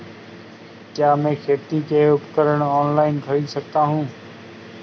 क्या मैं खेती के उपकरण ऑनलाइन खरीद सकता हूँ?